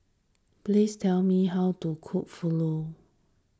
please tell me how to cook Fugu